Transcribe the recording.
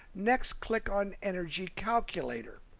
next, click on energy calculator.